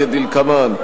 כדלקמן: